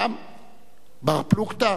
גם בר-פלוגתא